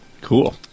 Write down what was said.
Cool